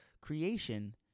creation